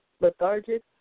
lethargic